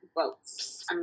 votes